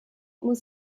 muss